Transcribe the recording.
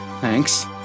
thanks